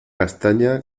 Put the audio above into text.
castaña